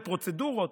מה עם פרוצדורות?